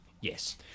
Yes